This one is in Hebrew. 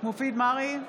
מופיד מרעי,